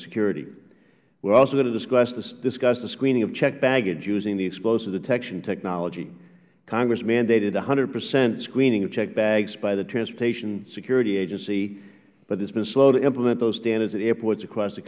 security we're also going to discuss the screening of checked baggage using the explosive detection technology congress mandated hpercent screening of checked bags by the transportation security agency but it's been slow to implement those standards at airports across the